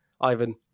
Ivan